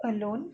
alone